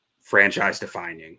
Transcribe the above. franchise-defining